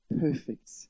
perfect